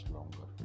Longer